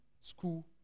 school